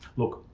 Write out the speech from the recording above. look,